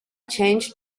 changed